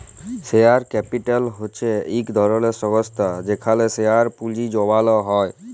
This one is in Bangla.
শেয়ার ক্যাপিটাল হছে ইক ধরলের সংস্থা যেখালে শেয়ারে পুঁজি জ্যমালো হ্যয়